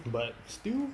but still